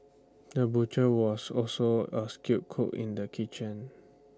the butcher was also A skilled cook in the kitchen